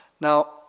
Now